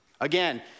Again